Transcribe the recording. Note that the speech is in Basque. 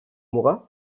muga